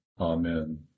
Amen